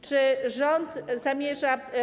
Czy rząd zamierza.